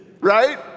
right